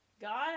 God